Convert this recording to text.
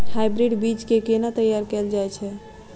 Hybrid बीज केँ केना तैयार कैल जाय छै?